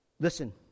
Listen